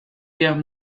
guerre